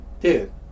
Dude